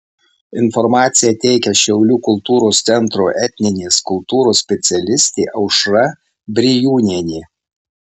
informaciją teikia šiaulių kultūros centro etninės kultūros specialistė aušra brijūnienė